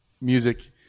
music